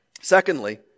Secondly